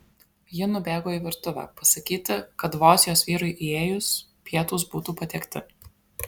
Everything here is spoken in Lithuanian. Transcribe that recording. ji nubėgo į virtuvę pasakyti kad vos jos vyrui įėjus pietūs būtų patiekti